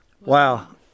Wow